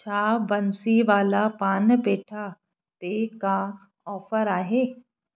छा बंसीवाला पान पेठा ते का ऑफर आहे